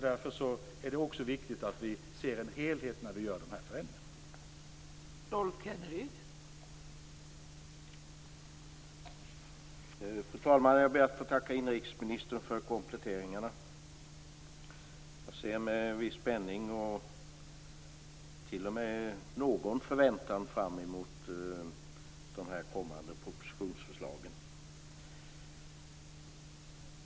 Därför är det viktigt att vi ser till helheten när vi gör de här förändringarna.